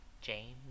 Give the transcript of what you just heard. James